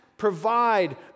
provide